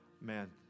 Man